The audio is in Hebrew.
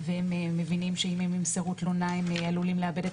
והם מבינים שאם הם ימסרו תלונה הם עלולים לאבד את